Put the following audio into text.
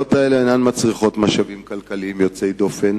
ההצעות האלה אינן מצריכות משאבים כלכליים יוצאי דופן